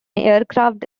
aircraft